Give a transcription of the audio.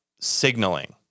signaling